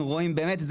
באמת,